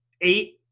eight